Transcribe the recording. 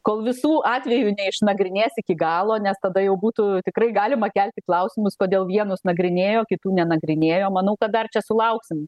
kol visų atvejų neišnagrinės iki galo nes tada jau būtų tikrai galima kelti klausimus kodėl vienus nagrinėjo o kitų nenagrinėjo manau kad dar čia sulauksim